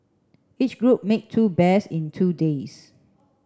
each group made two bears in two days